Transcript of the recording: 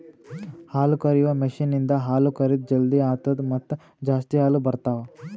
ಹಾಲುಕರೆಯುವ ಮಷೀನ್ ಇಂದ ಹಾಲು ಕರೆದ್ ಜಲ್ದಿ ಆತ್ತುದ ಮತ್ತ ಜಾಸ್ತಿ ಹಾಲು ಬರ್ತಾವ